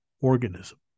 organism